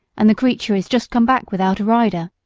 and the creature is just come back without a rider.